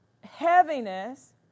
heaviness